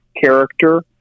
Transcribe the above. character